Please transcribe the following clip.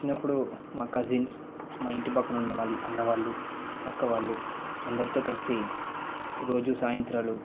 చిన్నప్పుడు మా కజిన్స్ మా ఇంటి పక్కన ఉన్నవాళ్ళు అన్న వాళ్ళు అక్క వాళ్ళు అందరితో కలిసి రోజూ సాయంత్రాలు